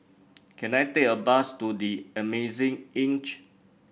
can I take a bus to The Amazing Inn